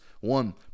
one